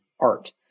art